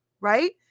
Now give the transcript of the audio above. right